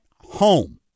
home